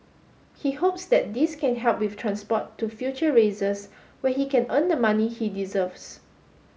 he hopes that this can help with transport to future races where he can earn the money he deserves